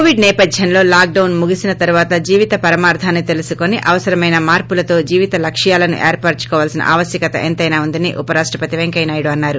Covid నేపద్యం లో lockdown ముగిసిన తర్వాత జీవిత పరమార్గాన్ని తెలుసుకుని అవసరమైన మార్సులతో జీవిత లక్ష్యాలను ఏర్సరుచుకోవెలస్న ఆవశ్వకత ఎంతైనా ఉందని ఉపరాస్టపతి పెంకయ్య నాయుడు తెన్నారు